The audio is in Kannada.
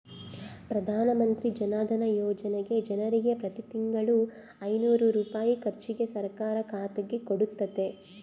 ಪ್ರಧಾನಮಂತ್ರಿ ಜನಧನ ಯೋಜನೆಗ ಜನರಿಗೆ ಪ್ರತಿ ತಿಂಗಳು ಐನೂರು ರೂಪಾಯಿ ಖರ್ಚಿಗೆ ಸರ್ಕಾರ ಖಾತೆಗೆ ಕೊಡುತ್ತತೆ